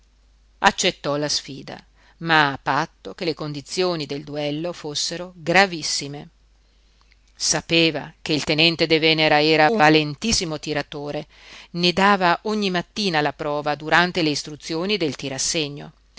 accettò la sfida ma a patto che le condizioni del duello fossero gravissime sapeva che il tenente de venera era un valentissimo tiratore ne dava ogni mattina la prova durante le istruzioni del tir'a segno